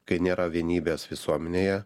kai nėra vienybės visuomenėje